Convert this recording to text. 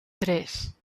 tres